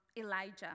Elijah